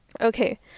okay